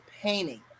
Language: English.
painting